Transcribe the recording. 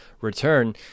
return—